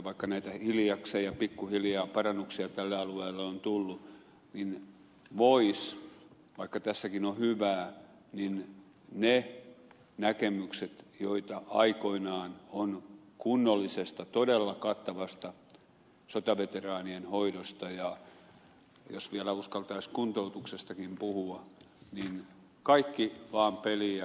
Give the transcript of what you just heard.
vaikka hiljakseen ja pikkuhiljaa parannuksia tälle alueelle on tullut niin voisi vaikka tässäkin on hyvää ne näkemykset joita aikoinaan on ollut kunnollisesta todella kattavasta sotaveteraanien hoidosta ja jos vielä uskaltaisi kuntoutuksestakin puhua laittaa kaikki vaan peliin ja kehiin